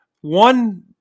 one